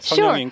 Sure